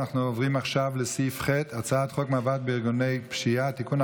ועוברים עכשיו לסעיף ח' הצעת חוק מאבק בארגוני פשיעה (תיקון,